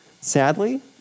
Sadly